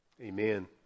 amen